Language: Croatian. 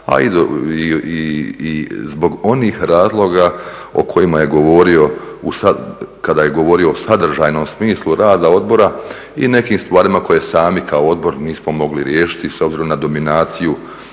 a i zbog onih razloga o kojima je govorio kada je govorio o sadržajnom smislu rada odbora i nekim stvarima koje sami kao odbor nismo mogli riješiti s obzirom na dominaciju